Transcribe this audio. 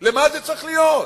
למה זה צריך להיות?